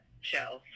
show